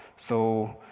so